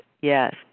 yes